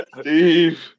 Steve